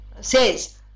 says